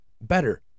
better